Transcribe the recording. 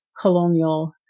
colonial